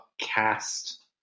Cast